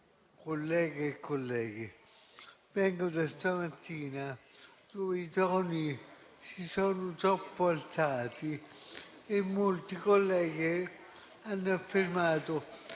questa mattina i toni si sono troppo alzati e molti colleghi hanno affermato